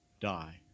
die